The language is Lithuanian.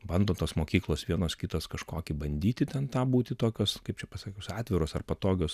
bando tos mokyklos vienos kitos kažkokį bandyti ten tą būti tokios kaip čia pasakius atviros ar patogios